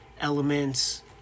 elements